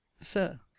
Sir